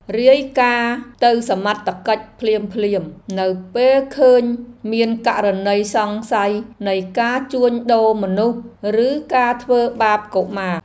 រាយការណ៍ទៅសមត្ថកិច្ចភ្លាមៗនៅពេលឃើញមានករណីសង្ស័យនៃការជួញដូរមនុស្សឬការធ្វើបាបកុមារ។